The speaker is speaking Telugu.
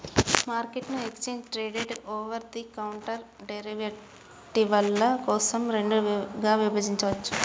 మార్కెట్ను exchange traded, over the counter డెరివేటివ్ల కోసం రెండుగా విభజించవచ్చు